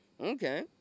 Okay